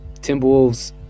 Timberwolves